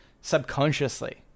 subconsciously